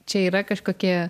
čia yra kažkokie